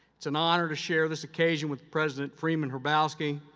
it's an honor to share this occasion with president freeman hrabowski,